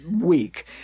week